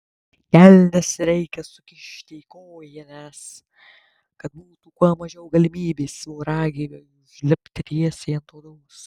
kelnes reikia sukišti į kojines kad būtų kuo mažiau galimybės voragyviui užlipti tiesiai ant odos